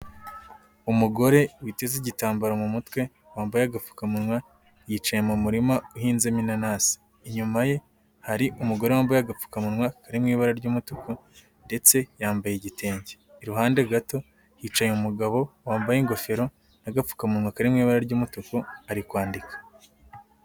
Umugore witeze igitambaro mu mutwe wambaye agapfukamunwa yicaye mu murima uhinzemo inanasi, inyuma ye hari umugore wambaye agapfukawa kari mu ibara ry'umutuku ndetse yambaye igitenge, iruhande gato hicaye umugabo wambaye ingofero n'agapfukamunwa kari mu ibara ry'umutuku ari kwandika.